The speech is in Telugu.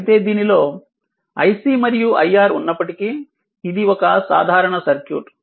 అయితే దీనిలో iC మరియు iR ఉన్నప్పటికీ ఇది ఒక సాధారణ సర్క్యూట్